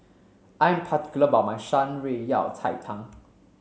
I'm particular about my Shan Rui Yao Cai Tang